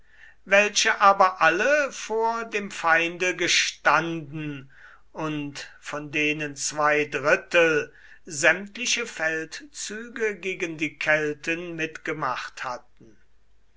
welche aber alle vor dem feinde gestanden und von denen zwei drittel sämtliche feldzüge gegen die kelten mitgemacht hatten